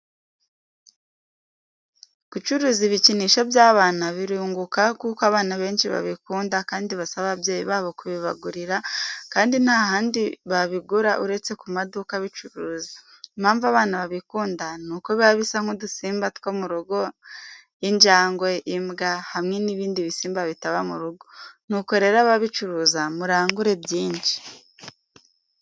Gucuruza ibikinisho by'abana birunguka kuko abana benshi babikunda kandi basaba ababyeyi babo kubibagurira kandi nta handi babigura uretse ku maduka abicuruza. Impamvu abana babikunda ni uko biba bisa nk'udusimba two mu rugo injangwe, imbwa, hamwe n'ibindi bisimba bitaba mu rugo, nuko rero ababicuruza murangure byinshi.